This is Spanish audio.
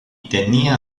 tenía